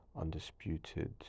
undisputed